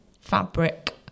fabric